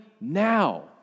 now